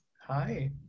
Hi